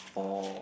for